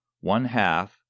one-half